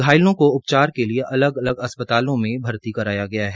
घायलों के उपचार के लिए अलग अलग अस्पतालों में भर्ती कराया गया है